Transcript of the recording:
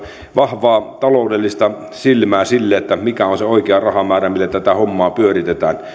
vahvaa taloudellista silmää sille mikä on se oikea rahamäärä millä tätä hommaa pyöritetään